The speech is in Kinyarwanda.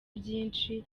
byinshi